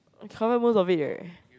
I cover most of it right